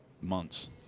months